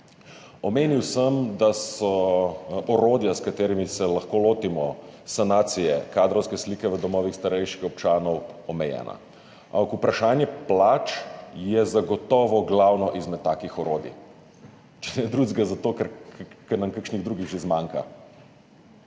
Omenil sem, da so orodja, s katerimi se lahko lotimo sanacije kadrovske slike v domovih starejših občanov, omejena, ampak vprašanje plač je zagotovo glavno izmed takih orodij, če ne drugega zato, ker nam kakšnih drugih že zmanjka.